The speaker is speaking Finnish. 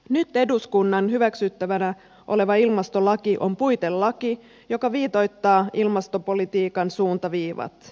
nyt eduskunnan hyväksyttävänä oleva ilmastolaki on puitelaki joka viitoittaa ilmastopolitiikan suuntaviivat